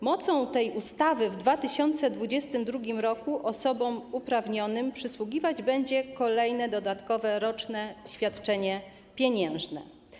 Mocą tej ustawy w 2022 r. osobom uprawnionym przysługiwać będzie kolejne dodatkowe roczne świadczenie pieniężne.